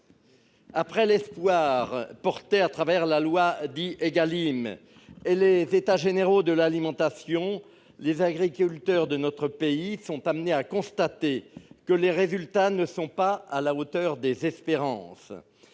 Après l'espoir suscité par la loi dite « Égalim » et les États généraux de l'alimentation, les agriculteurs de notre pays sont amenés à constater que les résultats ne sont pas à la hauteur des espérances